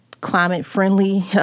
climate-friendly